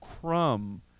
crumb